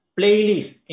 playlist